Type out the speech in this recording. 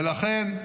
ולכן,